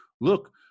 look